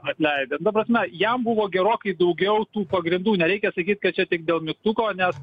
atleidę ta prasme jam buvo gerokai daugiau tų pagrindų nereikia sakyt kad čia tik dėl mygtuko nes